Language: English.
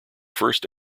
first